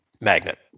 magnet